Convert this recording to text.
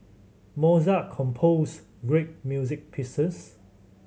Mozart composed great music pieces